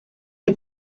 chi